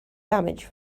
damage